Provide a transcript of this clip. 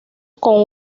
con